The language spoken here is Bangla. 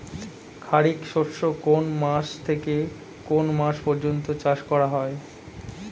খারিফ শস্য কোন মাস থেকে কোন মাস পর্যন্ত চাষ করা হয়?